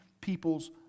people's